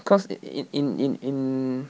cause i~ in in in in